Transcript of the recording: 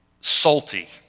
salty